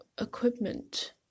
equipment